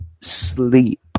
sleep